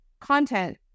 content